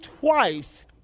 twice